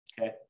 okay